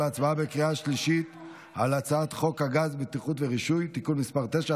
בקריאה שלישית על הצעת חוק הגז (בטיחות ורישוי) (תיקון מס' 9),